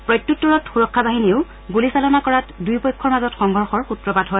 প্ৰত্যুত্তৰত সুৰক্ষা বাহিনীয়েও গুলীচালনা কৰাত দুয়োপক্ষৰ মাজত সংঘৰ্ষৰ সূত্ৰপাত হয়